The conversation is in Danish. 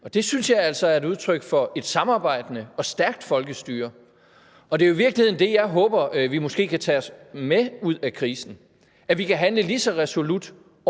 Det synes jeg altså er et udtryk for et samarbejdende og stærkt folkestyre, og det er jo i virkeligheden det, jeg håber vi måske kan tage med os ud af krisen – at vi kan handle lige så resolut